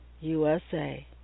USA